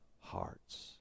hearts